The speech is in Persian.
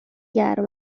گرم